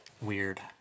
Weird